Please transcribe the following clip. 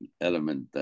element